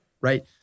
right